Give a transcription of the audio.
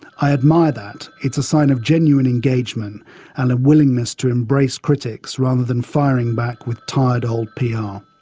i admire that, it's a sign of genuine engagement and a willingness to embrace critics rather than firing back with tired old pr. yeah